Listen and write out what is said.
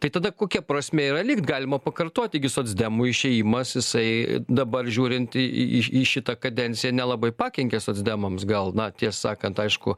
tai tada kokia prasmė yra likt galima pakartoti gi socdemų išėjimas jisai dabar žiūrint į į į šitą kadenciją nelabai pakenkė socdemams gal na tiesą sakant aišku